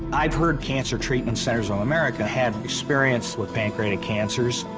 i've heard cancer treatment centers of america have experience with pancreatic cancers.